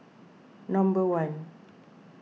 number one